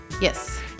yes